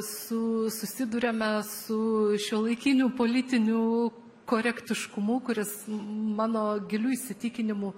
su susiduriame su šiuolaikiniu politiniu korektiškumu kuris mano giliu įsitikinimu